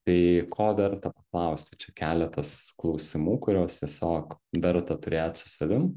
tai ko verta paklausti čia keletas klausimų kuriuos tiesiog verta turėt su savimi